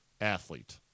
athlete